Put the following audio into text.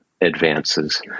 advances